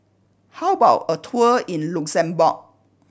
how about a tour in Luxembourg